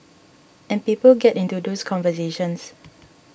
and people get into those conversations